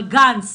אבל גנץ